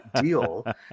deal